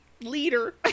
leader